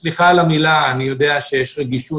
סליחה על המילה, אני יודע שיש רגישות